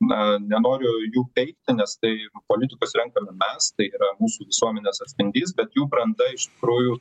na nenoriu jų peikti nes tai politikus renkame mes tai yra mūsų visuomenės atspindys bet jų branda iš tikrųjų